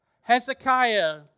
Hezekiah